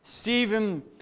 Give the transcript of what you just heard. Stephen